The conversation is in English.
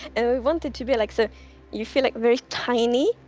and we want it to be like, so you feel like very tiny,